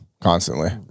constantly